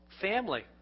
family